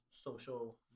social